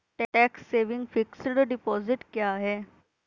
Tax saving fixed deposit क्या है?